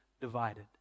divided